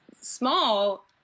small